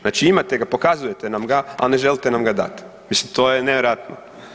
Znači imate ga, pokazujete nam ga, ali ne želite nam ga dati, mislim to je nevjerojatno.